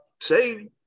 say